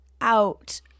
out